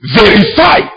verify